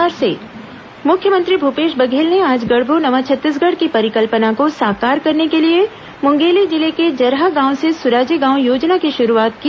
मुख्यमंत्री मुंगेली बिलासपुर मुख्यमंत्री भूपेश बघेल ने आज गढ़बो नवा छत्तीसगढ़ की परिकल्पना को साकार करने के लिए मुंगेली जिले के जरहागांव से सुराजी गांव योजना की शुरूआत की